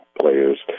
players